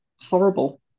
horrible